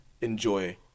enjoy